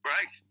Right